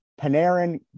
Panarin